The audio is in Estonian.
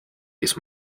kes